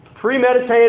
Premeditated